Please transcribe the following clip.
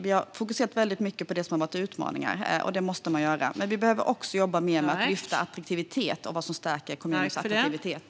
Vi har fokuserat mycket på utmaningarna; det måste man göra. Men vi behöver också jobba mer med att lyfta attraktivitet och det som stärker kommuners attraktivitet.